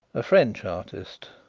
a french artist.